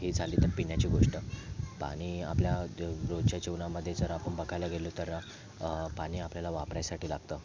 ही झाली तर पिण्याची गोष्ट पाणी आपल्या द रोजच्या जीवनामध्ये जर आपण बगायला गेलो तर पाणी आपल्याला वापरायसाठी लागतं